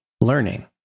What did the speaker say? learning